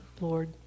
Lord